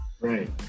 Right